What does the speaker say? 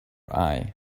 eye